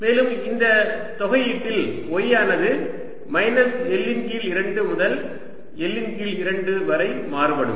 மேலும் இந்த தொகையீட்டில் y ஆனது மைனஸ் L இன் கீழ் 2 முதல் L இன் கீழ் 2 வரை மாறுபடும்